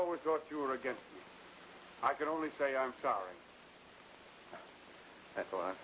always thought you were against i can only say i'm sorry i thought